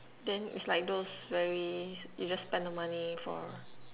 then it's like those very you just spend the money for